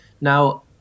Now